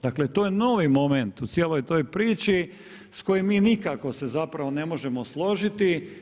Dakle, to je novi moment u cijeloj toj priči s kojim mi nikako se zapravo ne možemo složiti.